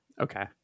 Okay